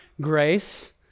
grace